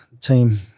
team